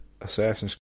Assassin's